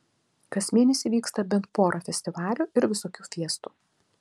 kas mėnesį vyksta bent pora festivalių ir visokių fiestų